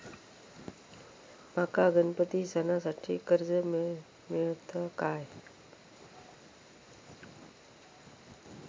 माका गणपती सणासाठी कर्ज मिळत काय?